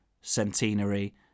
centenary